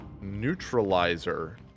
neutralizer